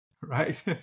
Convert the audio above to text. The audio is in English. right